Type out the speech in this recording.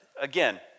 Again